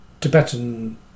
Tibetan